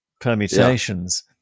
permutations